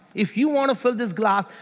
if you want to fill this glass,